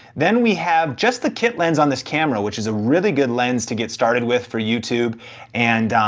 then we have just the kit lens on this camera which is a really good lens to get started with for youtube and um,